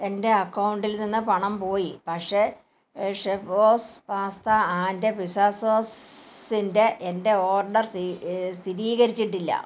എന്റെ അക്കൗണ്ടിൽ നിന്ന് പണം പോയി പക്ഷേ ഷെഫ്ബോസ് പാസ്ത ആൻഡ് പിസ്സ സോസിന്റെ എൻ്റെ ഓർഡർ സി സ്ഥിതീകരിച്ചിട്ടില്ല